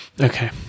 Okay